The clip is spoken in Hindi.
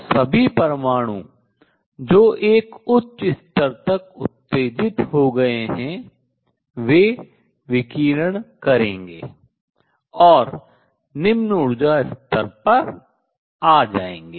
तो सभी परमाणु जो एक उच्च स्तर तक उत्तेजित हो गए हैं वे विकिरण करेंगे और निम्न ऊर्जा स्तर पर आ जाएंगे